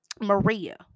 Maria